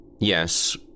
Yes